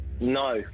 No